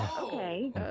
Okay